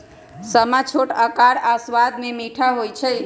समा छोट अकार आऽ सबाद में मीठ होइ छइ